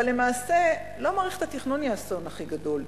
אבל למעשה לא מערכת התכנון היא האסון הכי גדול.